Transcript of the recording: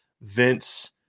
Vince